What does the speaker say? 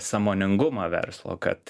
sąmoningumą verslo kad